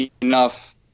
enough